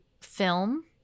film